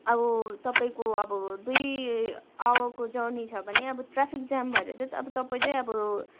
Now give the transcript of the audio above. अब तपाईँको अब दुई आवरको जर्नी छ भने अब ट्राफिक जाम भएर चाहिँ अब तपाईँ चाहिँ अब